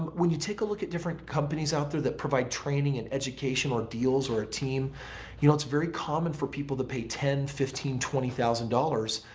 when you take a look at different companies out there that provide training and education or deals or a team you know it's very common for people to pay ten, fifteen, twenty thousand dollars,